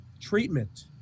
Treatment